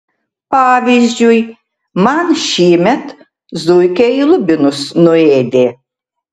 pavyzdžiui man šįmet zuikiai lubinus nuėdė